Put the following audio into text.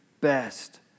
best